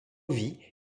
vie